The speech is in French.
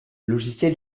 logiciel